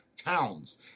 towns